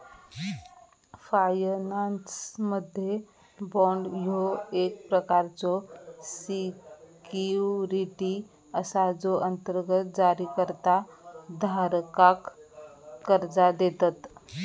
फायनान्समध्ये, बाँड ह्यो एक प्रकारचो सिक्युरिटी असा जो अंतर्गत जारीकर्ता धारकाक कर्जा देतत